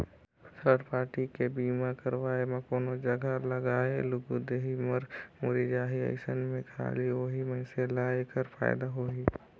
third party के बीमा करवाब म कोनो जघा लागय लूगा देही, मर मुर्री जाही अइसन में खाली ओही मइनसे ल ऐखर फायदा होही